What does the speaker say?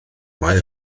mae